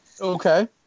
Okay